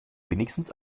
wenigstens